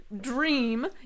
dream